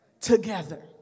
together